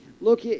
look